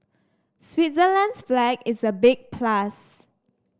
Switzerland's flag is a big plus